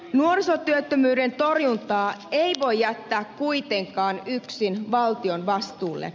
nuorisotyöttömyyden torjuntaa ei voi jättää kuitenkaan yksin valtion vastuulle